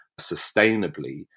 sustainably